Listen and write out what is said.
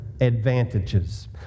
advantages